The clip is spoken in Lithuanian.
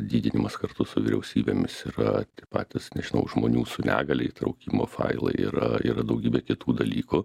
didinimas kartu su vyriausybėmis yra tie patys nežinau žmonių su negalia įtraukimo failai yra yra daugybė kitų dalykų